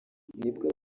nibwo